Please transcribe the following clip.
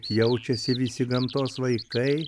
jaučiasi visi gamtos vaikai